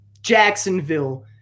Jacksonville